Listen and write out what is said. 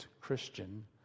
Christian